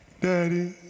daddy